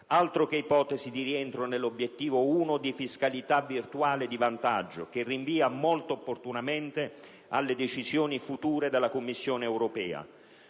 Altro che ipotesi di rientro nell'Obiettivo 1 o di fiscalità virtuale di vantaggio, che rinvia molto opportunamente alle decisioni future della Commissione europea!